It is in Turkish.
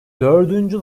dördüncü